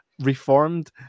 reformed